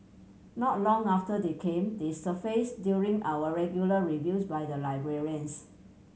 not long after they came they surface during our regular reviews by the librarians